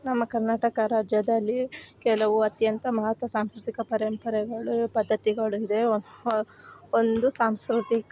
ನಮ್ಮ ಕರ್ನಾಟಕ ರಾಜ್ಯದಲ್ಲಿ ಕೆಲವು ಅತ್ಯಂತ ಮಹತ್ವ ಸಾಂಸ್ಕೃತಿಕ ಪರಂಪರೆಗಳು ಪದ್ದತಿಗಳು ಇದೆ ಒಂದು ಸಾಂಸ್ಕೃತಿಕ